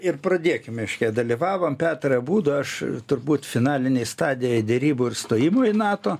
ir pradėkim reiškia dalyvavom petrai abudu aš turbūt finalinėj stadijoj derybų ir stojimo į nato